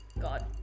god